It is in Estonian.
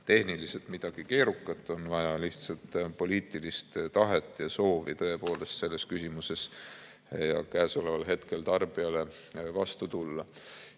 tehniliselt midagi keerukat, on vaja lihtsalt poliitilist tahet ja soovi tõepoolest selles küsimuses käesoleval hetkel tarbijale vastu tulla. See